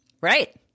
Right